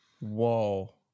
Whoa